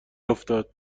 افتد